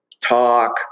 talk